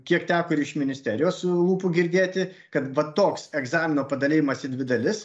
kiek teko ir iš ministerijos lūpų girdėti kad va toks egzamino padalijimas į dvi dalis